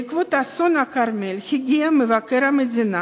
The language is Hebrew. בעקבות אסון הכרמל הגיע מבקר המדינה